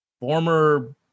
former